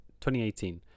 2018